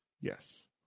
Yes